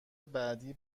بعدی